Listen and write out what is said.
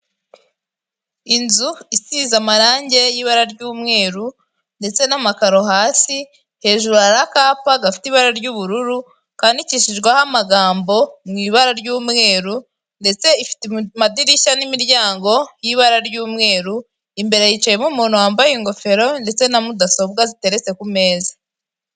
Inzu isize amarangi y'ibara ry'umweru ndetse n'amakaro hasi ,hejuru hari akapa gafite ibara ry'ubururu kandiikishijweho amagambo mu ibara ry'umweru ndetse amadirishya n'imiryango y'ibara ry'umweru ,imbere hicayemo umuntu wambaye ingofero ndetse na mudasobwa ziteretse ku meza.